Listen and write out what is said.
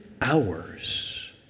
hours